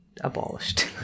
abolished